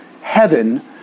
heaven